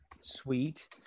sweet